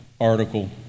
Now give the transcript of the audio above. article